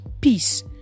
Peace